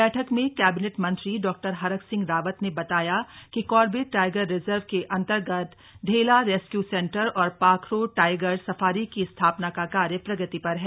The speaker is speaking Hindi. बैठक में कैबिनेट मंत्री डॉ हरक सिंह रावत ने बताया कि कार्बेट टाइगर रिजर्व के अन्तर्गत ढेला रेस्क्यू सेन्टर और पाखरो टाइगर सफारी की स्थापना का कार्य प्रगति पर है